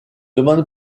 demande